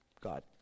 God